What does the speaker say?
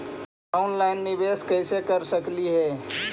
Online निबेस कैसे कर सकली हे?